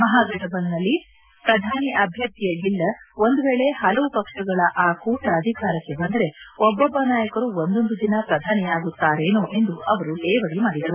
ಮಹಾಘಟಬಂಧನ್ದಲ್ಲಿ ಪ್ರಧಾನಿ ಅಭ್ಯರ್ಥಿಯೇ ಇಲ್ಲ ಒಂದು ವೇಳಿ ಹಲವು ಪಕ್ಷಗಳ ಆ ಕೂಟ ಅಧಿಕಾರಕ್ಕೆ ಬಂದರೆ ಒಬ್ಬೊಬ್ಬ ನಾಯಕರು ಒಂದೊಂದು ದಿನ ಪ್ರಧಾನಿಯಾಗುತ್ತಾರೇನೋ ಎಂದು ಅವರು ಲೇವಡಿ ಮಾಡಿದರು